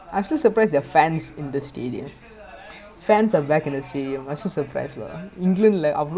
என்ன சொன்ன:enna sonna